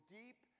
deep